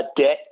debt